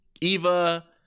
Eva